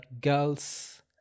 girls